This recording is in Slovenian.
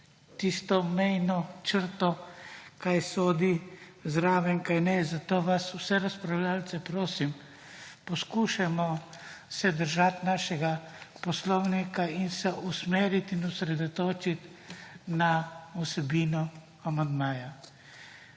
tisto mejno črto kaj sodi zraven in kaj ne, zato vas vse razpravljavce prosim poskušajmo se držati našega Poslovnika in se usmeriti in osredotočiti na vsebino amandmaja.